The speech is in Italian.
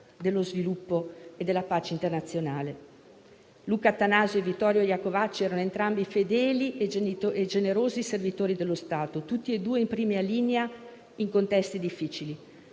dello sviluppo e della pace internazionale. Luca Attanasio e Vittorio Iacovacci erano entrambi fedeli e generosi servitori dello Stato, tutti e due in prima linea in contesti difficili.